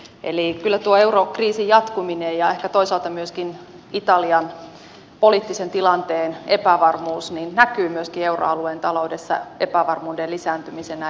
eli kyllä tuo eurokriisin jatkuminen ja ehkä toisaalta myöskin italian poliittisen tilanteen epävarmuus näkyvät myöskin euroalueen taloudessa epävarmuuden lisääntymisenä